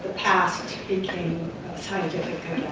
past became scientifically